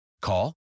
Call